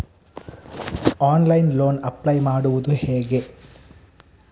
Online loan apply ಮಾಡುವುದು ಹೇಗೆ?